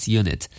unit